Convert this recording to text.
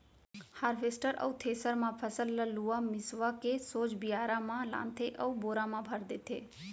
harvester अउ thresher म फसल ल लुवा मिसवा के सोझ बियारा म लानथे अउ बोरा म भर देथे